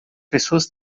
pessoas